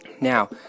Now